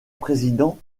président